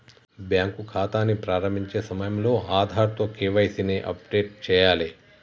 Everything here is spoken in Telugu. బ్యాంకు ఖాతాని ప్రారంభించే సమయంలో ఆధార్తో కేవైసీ ని అప్డేట్ చేయాలే